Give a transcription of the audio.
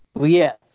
Yes